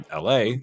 LA